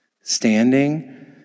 standing